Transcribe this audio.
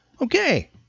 Okay